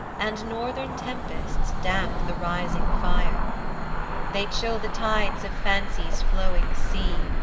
and northern tempests damp the rising fire they chill the tides of fancy's flowing sea,